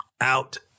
out